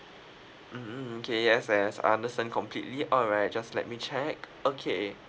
mm mm okay yes yes I understand completely alright just let me check okay